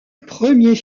premier